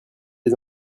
les